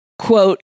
quote